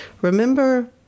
Remember